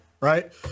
right